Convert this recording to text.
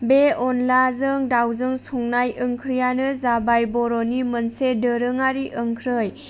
बे अनलाजों दाउजों संनाय ओंख्रियानो जाबाय बर'नि मोनसे दोरोङारि ओंख्रि